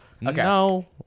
No